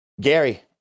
gary